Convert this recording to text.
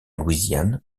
louisiane